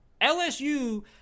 LSU